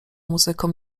muzyką